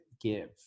give